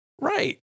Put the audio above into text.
Right